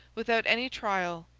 without any trial,